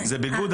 זה הביגוד,